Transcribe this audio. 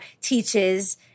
teaches